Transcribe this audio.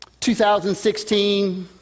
2016